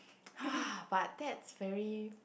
!wah! but that's very